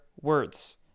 words